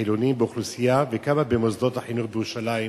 והחילונים באוכלוסייה וכמה במוסדות החינוך בירושלים,